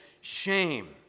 shame